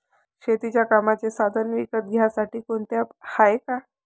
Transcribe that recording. शेतीच्या कामाचे साधनं विकत घ्यासाठी कोनतं ॲप हाये का?